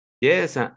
Yes